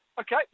Okay